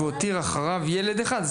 "הותיר אחריו ילד אחד",